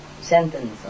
sentence